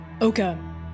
Oka